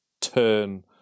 turn